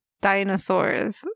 dinosaurs